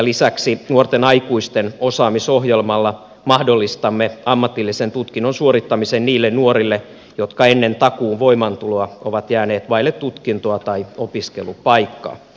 lisäksi nuorten aikuisten osaamisohjelmalla mahdollistamme ammatillisen tutkinnon suorittamisen niille nuorille jotka ennen takuun voimaantuloa ovat jääneet vaille tutkintoa tai opiskelupaikkaa